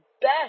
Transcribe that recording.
best